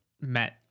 met